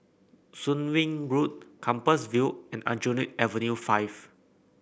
Soon Wing Road Compassvale and Aljunied Avenue Five